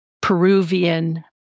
Peruvian